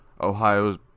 Ohio's